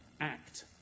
act